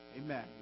Amen